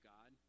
God